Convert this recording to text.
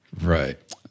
Right